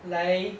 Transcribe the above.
来